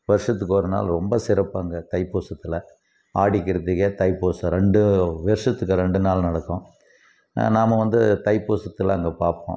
வருஷத்துக்கு ஒரு நாள் ரொம்ப சிறப்பு அங்கே தை பூசத்தில் ஆடி பெருக்கு இல்லை தை பூசம் ரெண்டும் வருஷத்துக்கு ரெண்டுநாள் நடக்கும் நாம் வந்து இந்த தை பூசத்தலாம் அங்கே பார்ப்போம்